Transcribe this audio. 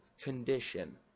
condition